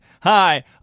Hi